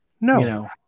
No